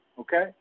Okay